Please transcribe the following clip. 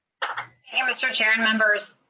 yeah mister chair and members